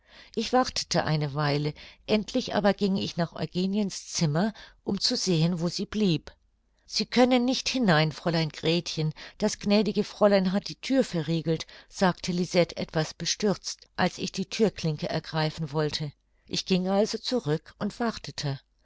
ich wartete eine weile endlich aber ging ich nach eugeniens zimmer um zu sehen wo sie blieb sie können nicht hinein fräulein gretchen das gnädige fräulein hat die thür verriegelt sagte lisette etwas bestürzt als ich die thürklinke ergreifen wollte ich ging also zurück und wartete